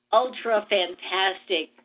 ultra-fantastic